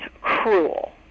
cruel